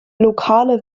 lokale